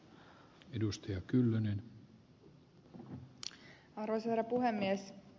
arvoisa herra puhemies